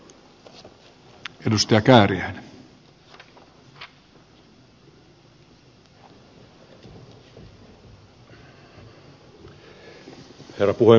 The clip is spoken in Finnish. herra puhemies